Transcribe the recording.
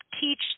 teach